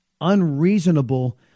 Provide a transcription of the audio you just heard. unreasonable